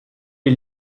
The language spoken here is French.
les